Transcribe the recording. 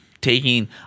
taking –